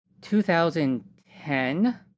2010